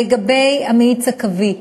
לגבי המאיץ הקווי,